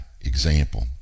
example